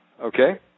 okay